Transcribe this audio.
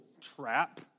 trap